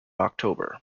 october